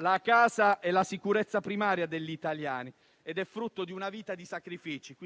La casa è la sicurezza primaria degli italiani ed è frutto di una vita di sacrifici.